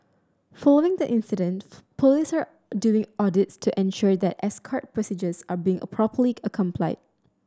following the incident police are doing audits to ensure that escort procedures are being properly a complied